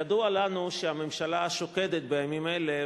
ידוע לנו שהממשלה שוקדת בימים אלה,